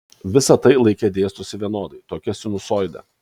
visa tai laike dėstosi vienodai tokia sinusoide